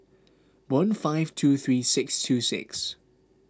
one five two three six two six